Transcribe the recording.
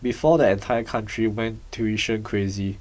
before the entire country went tuition crazy